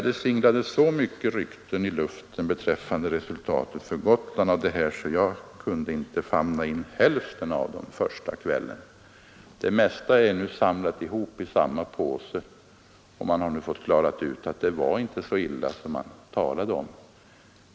Det singlade så många rykten i luften beträffande resultatet av beslutet för Gotland, att jag inte kunde famna in hälften av dem första kvällen. Det mesta är nu hopsamlat i samma påse, och man har nu fått utklarat att det inte var så illa som det sades.